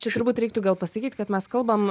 čia turbūt reiktų gal pasakyt kad mes kalbam